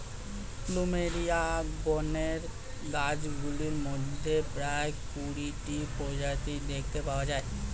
plumeria গণের গাছগুলির মধ্যে প্রায় কুড়িটি প্রজাতি দেখতে পাওয়া যায়